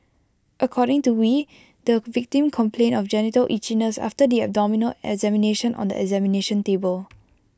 according to wee the victim complained of genital itchiness after the abdominal examination on the examination table